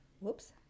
Whoops